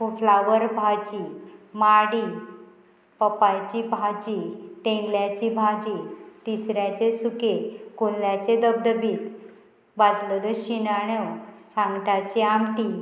फो flower भाजी माडी पपायची भाजी टेंडल्याची भाजी तिसऱ्याचे सुके कोनल्याचे दबदबीत भाजलेल्यो शिनाण्यो सांगटाची आमटी